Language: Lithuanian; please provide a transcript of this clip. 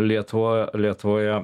lietuvoje lietuvoje